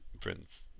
Prince